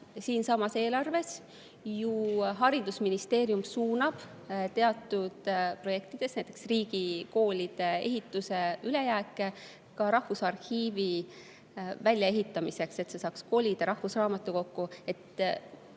Siinsamas eelarves haridusministeerium suunab teatud projektide, näiteks riigikoolide ehituse ülejääke ka Rahvusarhiivi väljaehitamiseks, et see saaks kolida rahvusraamatukokku.